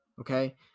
Okay